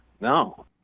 No